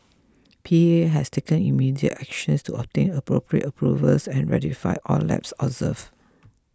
P A has taken immediate actions to obtain appropriate approvals and rectify all lapses observed